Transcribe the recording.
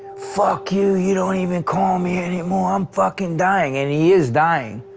fuck you, you don't even call me anymore. i'm fucking dying. and he is dying.